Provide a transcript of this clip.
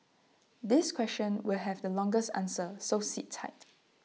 this question will have the longest answer so sit tight